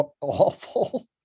awful